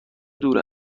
دور